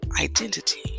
identity